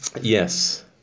Yes